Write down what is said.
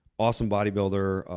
awesome bodybuilder,